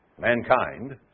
mankind